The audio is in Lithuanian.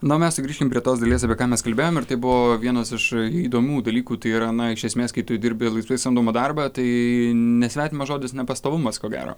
na o mes sugrįžkim prie tos dalies apie ką mes kalbėjom ir tai buvo vienas iš įdomių dalykų tai yra na iš esmės kai tu dirbi laisvai samdomą darbą tai nesvetimas žodis nepastovumas ko gero